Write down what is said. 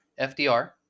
fdr